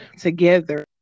together